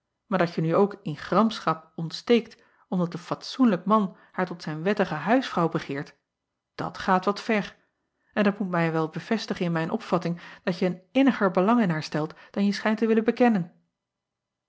maar dat je nu ook in gramschap ontsteekt omdat een fatsoenlijk man haar tot zijn wettige huisvrouw begeert dat gaat wat ver en het moet mij wel bevestigen in mijn opvatting dat je een inniger belang in haar stelt dan je schijnt te willen bekennen